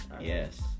Yes